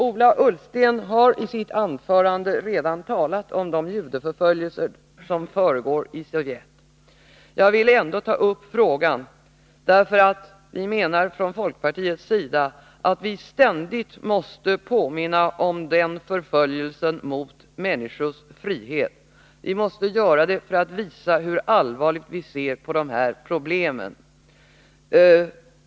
Ola Ullsten har i sitt anförande redan talat om de judeförföljelser som försiggår i Sovjet. Jag vill ändå ta upp frågan, därför att vi menar från folkpartiets sida att vi ständigt måste påminna om den förföljelse som är ett ingrepp i människors frihet. Vi måste göra det för att visa hur allvarligt vi ser på de här problemen.